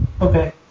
Okay